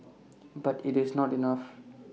but IT is not enough